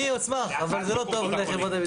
אני אשמח, אבל זה לא טוב לחברות הביטוח.